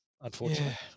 unfortunately